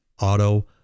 auto